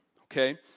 okay